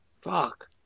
Fuck